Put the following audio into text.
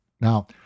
Now